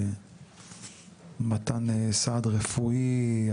במתן סעד רפואי,